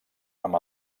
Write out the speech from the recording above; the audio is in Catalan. amb